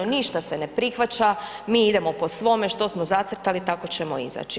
Ništa se ne prihvaća, mi idemo po svome, što smo zacrtali tako ćemo izaći.